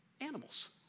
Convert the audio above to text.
animals